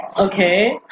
Okay